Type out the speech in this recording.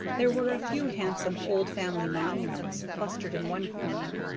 there were a few handsome old family monuments clustered in one corner,